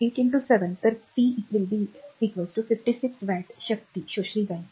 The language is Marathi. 8 7 तर p 3 56 वॅटची शक्ती शोषली जाईल